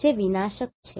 જે વિનાશક છે